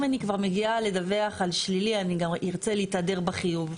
אם אני כבר מגיעה לדווח על שלילי אני גם ארצה להתהדר בחיוב.